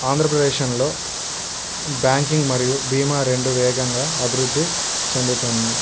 ఆంధ్రప్రదేశ్లో బ్యాంకింగ్ మరియు బీమా రెండు వేగంగా అభివృద్ధి చెందుతుంది